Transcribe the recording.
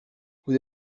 vous